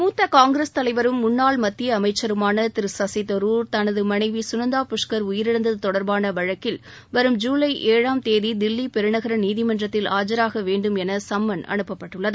மூத்த காங்கிரஸ் தலைவரும் முன்னாள் மத்திய அமைச்சருமான திரு சசிதரூர் தனது மனைவி குனந்தா புஷ்கர் உயிரிழந்தது தொடர்பான வழக்கில் வரும் ஜூலை ஏழாம் தேதி தில்லி பெருநகர நீதிமன்றத்தில் ஆஜராக வேண்டும் என சம்மன் அனுப்பப்பட்டுள்ளது